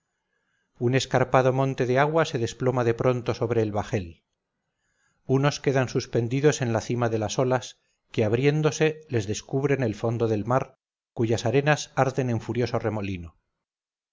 un escarpado monte de agua se desploma de pronto sobre el bajel unos quedan suspendidos en la cima de las olas que abriéndose les descubren el fondo del mar cuyas arenas arden en furioso remolino